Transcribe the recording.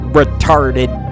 retarded